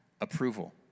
approval